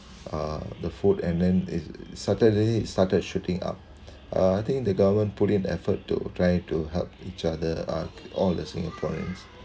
uh the food and then it suddenly started shooting up uh I thing the government put in effort to try to help each other up all the singaporeans